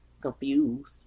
Confused